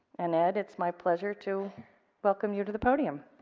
and ed it's my pleasure to welcome you to the podium.